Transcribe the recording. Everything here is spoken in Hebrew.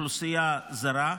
אוכלוסייה זרה,